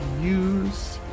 use